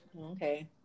Okay